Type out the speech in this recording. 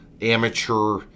amateur